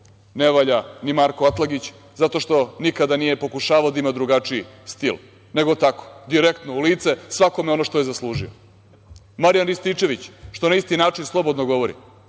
Ne valja ni Marko Atlagić zato što nikada nije pokušavao da ima drugačiji stil, nego tako, direktno u lice svakome ono što je zaslužio. Marijan Rističević, što na isti način slobodno govori.